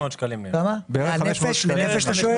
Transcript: לנפש אתה שואל?